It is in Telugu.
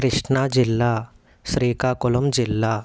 కృష్ణా జిల్లా శ్రీకాకుళం జిల్లా